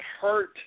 hurt